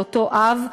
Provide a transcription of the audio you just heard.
של אותו אב,